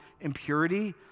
impurity